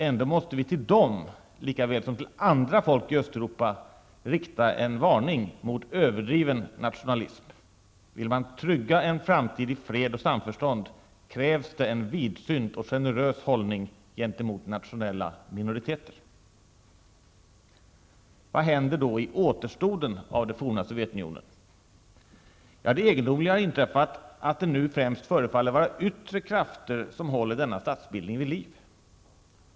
Ändå måste vi till dem likaväl som till andra folk i Östeuropa rikta en varning mot överdriven nationalism. Vill man trygga en framtid i fred och samförstånd krävs det en vidsynt och generös hållning gentemot nationella minoriteter. Vad händer då i återstoden av det forna Sovjetunionen? Ja, det egendomliga har inträffat att det nu främst förefaller vara yttre krafter som håller denna statsbildning vid liv.